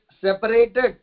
separated